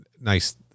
nice